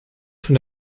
von